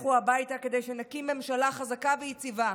לכו הביתה כדי שנקים ממשלה חזקה ויציבה,